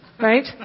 right